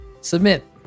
submit